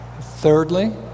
Thirdly